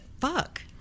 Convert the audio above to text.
Fuck